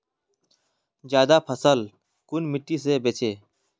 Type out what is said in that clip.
ज्यादा फसल कुन मिट्टी से बेचे?